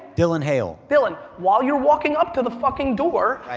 dylan hayle. dylan, while you're walking up to the fucking door,